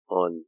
on